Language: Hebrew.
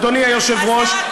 אדוני היושב-ראש,